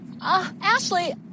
Ashley